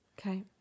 okay